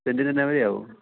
സെൻറ്റിന് എന്നാ വിലയാകും